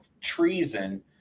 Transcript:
treason